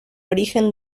origen